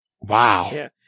Wow